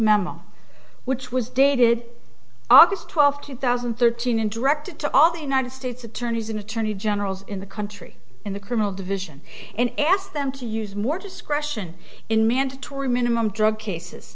memo which was dated august twelfth two thousand and thirteen and directed to all the united states attorneys an attorney generals in the country in the criminal division and asked them to use more discretion in mandatory minimum drug cases